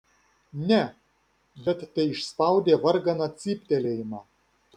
ne bet teišspaudė varganą cyptelėjimą